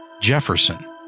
Jefferson